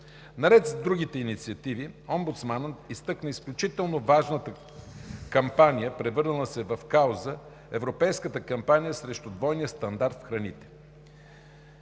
Наред с другите инициативи, омбудсманът изтъкна изключително важната кампания, превърнала се в кауза – европейската кампания срещу двойния стандарт на храните.